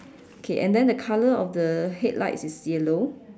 okay and then the color of the headlights is yellow